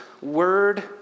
word